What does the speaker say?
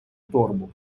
торбу